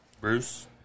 Bruce